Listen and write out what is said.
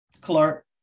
Clark